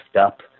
up